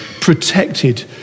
protected